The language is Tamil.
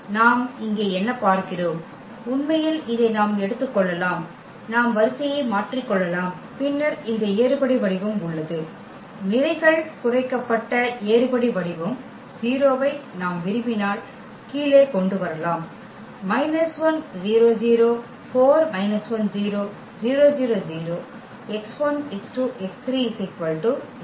எனவே நாம் இங்கே என்ன பார்க்கிறோம் உண்மையில் இதை நாம் எடுத்துக்கொள்ளலாம் நாம் வரிசையை மாற்றிக்கொள்ளலாம் பின்னர் இந்த ஏறுபடி வடிவம் உள்ளது நிரைகள் குறைக்கப்பட்ட ஏறுபடி வடிவம் 0 ஐ நாம் விரும்பினால் கீழே கொண்டு வரலாம்